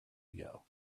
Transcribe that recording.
ago